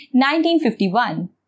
1951